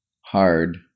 hard